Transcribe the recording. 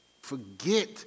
forget